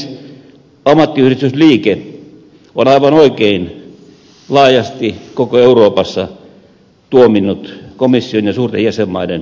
ammattiyhdistysliike on aivan oikein laajasti koko euroopassa tuominnut komission ja suurten jäsenmaiden esitykset